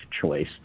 choice